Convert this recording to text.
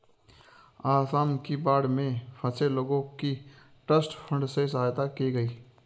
आसाम की बाढ़ में फंसे लोगों की ट्रस्ट फंड से सहायता की गई